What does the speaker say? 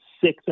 six